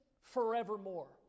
forevermore